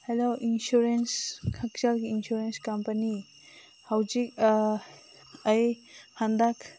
hello insurance ꯍꯛꯁꯦꯜꯒꯤ insurance company ꯍꯧꯖꯤꯛ ꯑꯩ ꯍꯟꯗꯛ